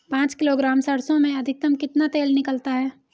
पाँच किलोग्राम सरसों में अधिकतम कितना तेल निकलता है?